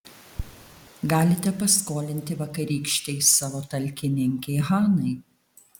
galite paskolinti vakarykštei savo talkininkei hanai